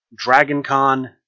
DragonCon